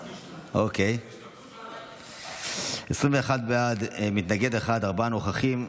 21 בעד, מתנגד אחד, ארבעה נוכחים.